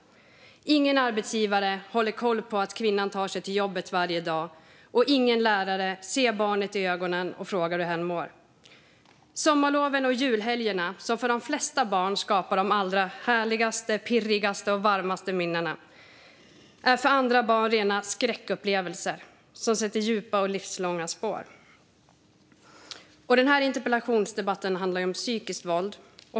Ingen arbetsgivare håller koll på att kvinnan tar sig till jobbet varje dag. Ingen lärare ser barnet i ögonen och frågar hur hen mår. Sommarloven och julhelgerna som för de flesta barn skapar de allra härligaste, pirrigaste och varmaste minnena är för andra barn rena skräckupplevelser som sätter djupa och livslånga spår. Den här interpellationsdebatten handlar om psykiskt våld.